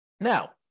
Now